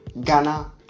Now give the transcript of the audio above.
Ghana